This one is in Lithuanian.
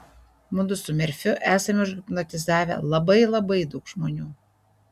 mudu su merfiu esame užhipnotizavę labai labai daug žmonių